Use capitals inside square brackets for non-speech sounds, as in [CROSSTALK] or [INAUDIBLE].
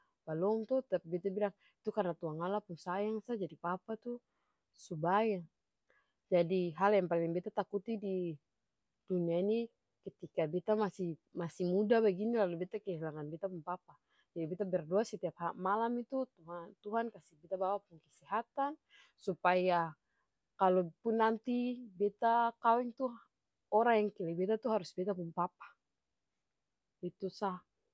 Balong to tapi beta bilang itu karna tuangala pung sayang sa jadi papa tuh su bae, jadi hal yang paleng beta takuti didunia ini ketika beta masi masi muda bagini lalu beta kehilangan beta pung papa, jadi beta berdoa setiap [HESITATION] malam itu [HESITATION] tuhan kasi beta bapa pung kesehatan, supaya kalupun nanti beta kaweng tuh orang yang kele beta tuh harus beta pung papa, itu sa.